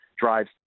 drives